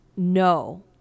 no